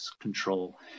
control